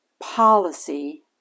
policy